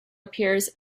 appears